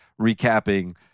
recapping